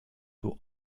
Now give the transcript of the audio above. two